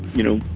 you know,